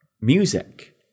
Music